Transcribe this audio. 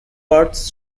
parties